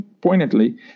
pointedly